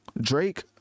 drake